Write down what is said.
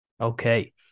Okay